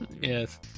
Yes